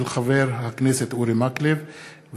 של חבר הכנסת אורי מקלב,